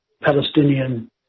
Palestinian